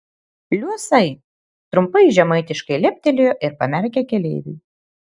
liuosai trumpai žemaitiškai leptelėjo ir pamerkė keleiviui